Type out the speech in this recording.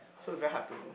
so it's very hard to